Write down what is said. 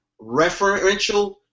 referential